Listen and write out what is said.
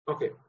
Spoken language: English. Okay